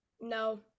No